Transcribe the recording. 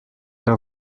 der